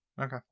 Okay